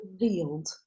revealed